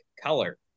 Color